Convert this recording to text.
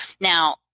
Now